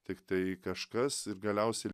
tiktai kažkas ir galiausiai